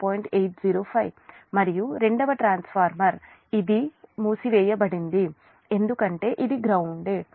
805 మరియు రెండవ ట్రాన్స్ఫార్మర్ ఇది మరియు ఇది మూసివేయబడింది ఎందుకంటే ఇది గ్రౌన్దేడ్